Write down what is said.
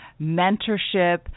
mentorship